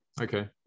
Okay